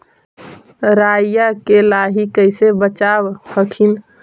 राईया के लाहि कैसे बचाब हखिन?